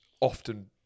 often